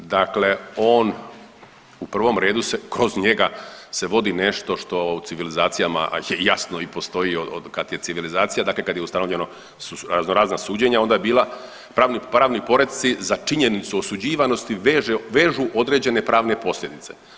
Dakle, on u prvom redu se kroz njega se vodi nešto što u civilizacijama jasno i postoji od kad je civilizacija, dakle od kad je ustanovljeno su razno razna suđenja onda bila, pravni poredci za činjenicu osuđivanosti veže, vežu određene pravne posljedice.